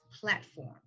platform